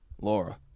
Laura